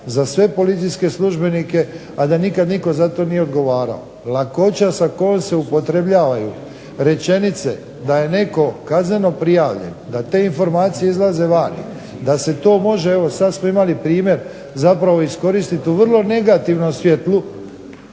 za sve policijske službenike, a da nikad nitko za to nije odgovarao. Lakoća sa kojom se upotrebljavaju rečenice da je netko kazneno prijavljen, da te informacije izlaze van, da se to može, evo sad smo imali primjer zapravo iskoristiti u vrlo negativnom svjetlu